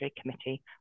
committee